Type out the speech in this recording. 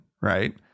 right